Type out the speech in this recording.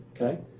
okay